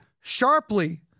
sharply